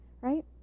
Right